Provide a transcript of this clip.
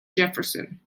jefferson